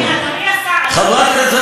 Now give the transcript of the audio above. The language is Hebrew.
אותו, אבל אמרתי.